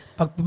pag